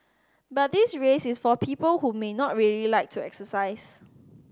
but this race is for people who may not really like to exercise